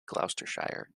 gloucestershire